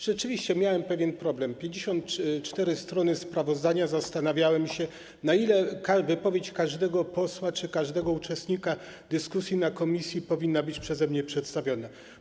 Rzeczywiście, miałem pewien problem, 54 strony sprawozdania, zastanawiałem się, na ile wypowiedź każdego posła czy każdego uczestnika dyskusji na posiedzeniu komisji powinna być przeze mnie przedstawiona.